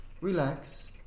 relax